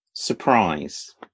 Surprise